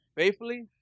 faithfully